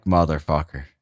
Motherfucker